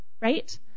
right